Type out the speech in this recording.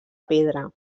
pedra